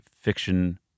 fiction